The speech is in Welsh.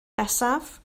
nesaf